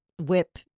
whip